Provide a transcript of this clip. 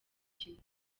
kimwe